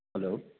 hello